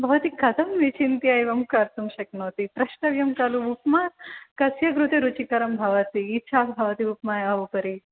भवती कथं विचिन्त्य एवं कर्तुं शक्नोति पृष्टव्यं खलु उप्मा कस्य कृते रुचिकरं भवति इच्छा भवति उप्मायाः उपरि